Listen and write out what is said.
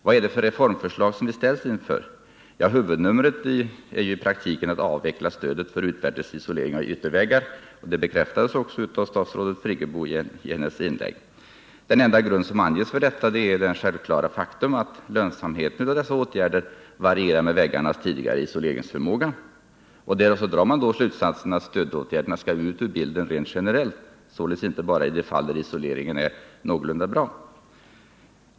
Vad är det då för reformförslag vi ställts inför? Huvudnumret är att man i praktiken skall avveckla stödet för utvärtes isolering av ytterväggar. Det bekräftades också av statsrådet Friggebo i hennes inlägg. Den enda grund som anges för detta är det självklara faktum att lönsamheten av dessa åtgärder varierar med väggarnas tidigare isoleringsförmåga. Härav dras då slutsatsen att stödåtgärderna skall ut ur bilden rent generellt — sålunda inte bara i de fall där isoleringen är någorlunda bra.